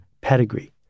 pedigree